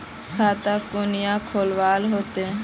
खाता कुनियाँ खोलवा होते?